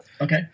Okay